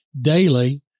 daily